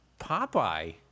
Popeye